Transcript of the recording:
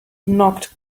knocked